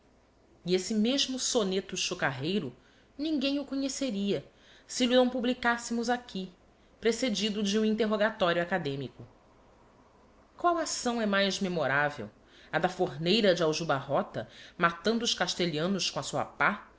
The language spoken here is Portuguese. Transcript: e esse mesmo soneto chocarreiro ninguem o conheceria se lh'o não publicassemos aqui precedido de um interrogatorio académico qual acção é mais memoravel a da forneira de aljubarrota matando os castelhanos com a sua pá